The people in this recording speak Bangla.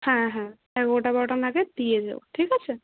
হ্যাঁ হ্যাঁ এগারোটা বারোটা নাগাদ দিয়ে যেও ঠিক আছে